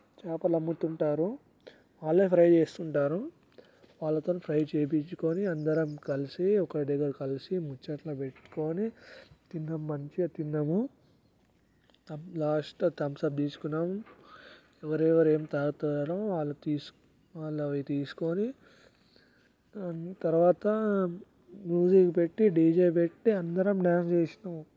చేపలు అమ్ముతుంటారు వాళ్ళే ఫ్రై చేస్తుంటారు వాళ్ళ దగ్గర ఫ్రై చేపించుకొని అందరం కలసి ఒక దగ్గర కలిసి ముచ్చట్లు పెట్టుకొని తిన్నాం మంచిగా తిన్నాము లాస్ట్లో థంసప్ తీసుకున్నాం ఎవరెవరు ఏం తాగుతున్నారో వాళ్ళు తీసు వాళ్ళు అవి తీసుకొని తరువాత మ్యూజిక్ పెట్టి డీజే పెట్టి అందరం డాన్స్ చేసినాము